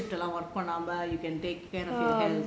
எல்லா:ella night shift எல்லாம்:ellaam work பண்ணாம:pannaama